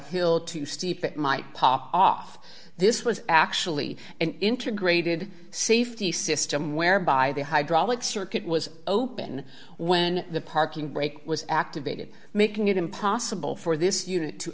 hill too steep it might pop off this was actually an intern graded safety system whereby the hydraulic circuit was open when the parking brake was activated making it impossible for this unit to